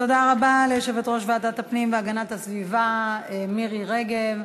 תודה רבה ליושבת-ראש ועדת הפנים והגנת הסביבה מירי רגב.